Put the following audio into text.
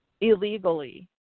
illegally